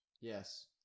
Yes